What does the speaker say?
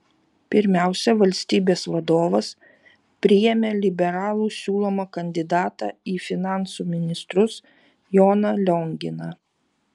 pirmiausia valstybės vadovas priėmė liberalų siūlomą kandidatą į finansų ministrus joną lionginą